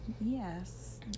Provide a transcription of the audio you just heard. Yes